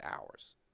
hours